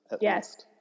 Yes